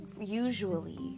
usually